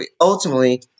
ultimately